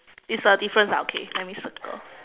it's a difference ah okay let me circle